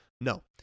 No